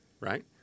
right